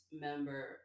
member